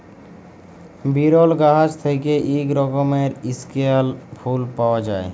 বিরল গাহাচ থ্যাইকে ইক রকমের ইস্কেয়াল ফুল পাউয়া যায়